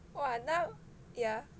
!wah! now yeah